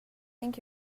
think